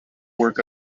work